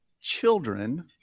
children